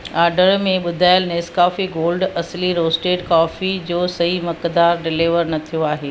order में ॿुधायल Nescafe gold असली रोस्टेड कॉफ़ी जो सही मक़दारु डिलीवर न थियो आहे